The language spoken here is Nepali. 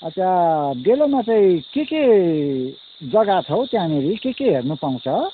अँ त्यहाँ डेलोमा चाहिँ के के जग्गा छ हौ त्यहाँनिर के के हेर्नु पाउँछ